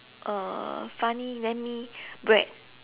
uh funny let me bread